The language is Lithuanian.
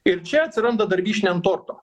ir čia atsiranda dar vyšnia ant torto